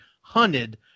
hunted